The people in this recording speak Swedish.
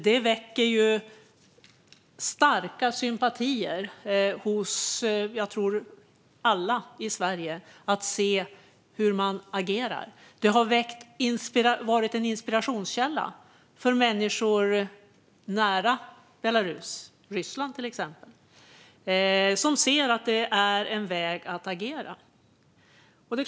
Det väcker nog starka sympatier hos alla i Sverige att se hur de agerar. Det har varit en inspirationskälla för människor nära Belarus, i Ryssland till exempel, som ser att detta är ett sätt att agera.